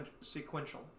sequential